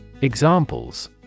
Examples